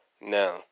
now